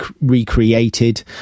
recreated